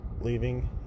leaving